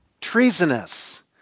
treasonous